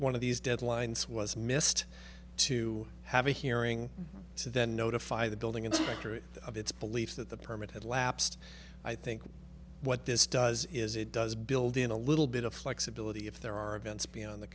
one of these deadlines was missed to have a hearing to then notify the building inspectorate of its belief that the permit had lapsed i think what this does is it does build in a little bit of flexibility if there are events beyond the